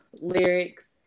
lyrics